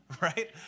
right